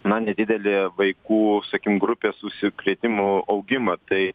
na nedidelė vaikų sakykim grupės užsikrėtimų augimą tai